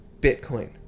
Bitcoin